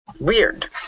weird